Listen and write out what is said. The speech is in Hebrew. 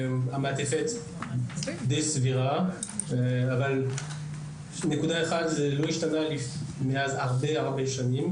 המעטפת סבירה אבל נקודה אחת לא השתנתה הרבה שנים,